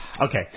Okay